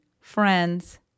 friends